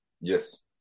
Yes